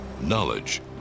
knowledge